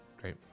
Great